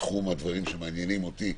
מתחום הדברים שמעניינים אותי.